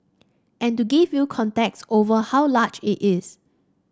and to give you context over how large it is